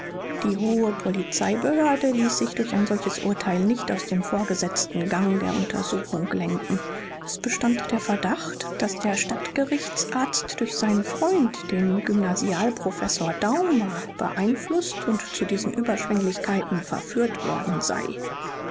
die hohe polizeibehörde ließ sich durch ein solches urteil nicht aus dem vorgesetzten gang der untersuchung lenken es bestand der verdacht daß der stadtgerichtsarzt durch seinen freund den gymnasialprofessor daumer beeinflußt und zu diesen überschwenglichkeiten verführt worden sei